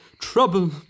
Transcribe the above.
trouble